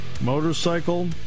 motorcycle